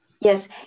yes